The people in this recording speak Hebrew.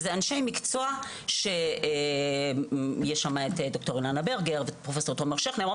אלו אנשי מקצוע שיש שם את ד"ר אילנה ברגר ופרופסור תומר שכנר,